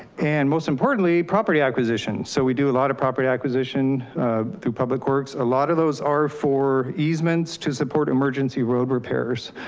and most importantly, property acquisition. so we do a lot of property acquisition through public works. a lot of those are for easements to support emergency road repairs,